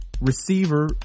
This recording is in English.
receiver